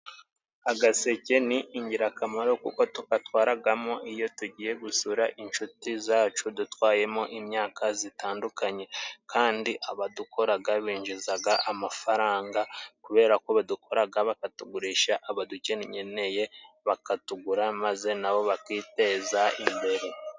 Agaseke ni ingirakamaro kuko tugatwaragamo iyo tugiye gusura inshuti zacu dutwayemo imyaka zitandukanye kandi abadukoraga binjizaga amafaranga kubera ko badukoraga bakatugurisha abadukeneye bakatugura maze nabo bakiteza imbere.